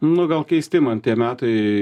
nu gal keisti man tie metai